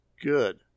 good